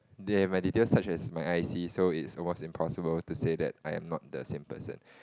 they have my details such as my i_c so is almost impossible to say that I am not the same person